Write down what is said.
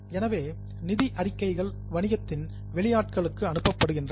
எனவே நிதி அறிக்கைகள் வணிகத்தின் வெளியாட்களுக்கு அனுப்பப்படுகின்றன